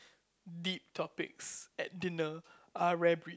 deep topics at dinner are rare breed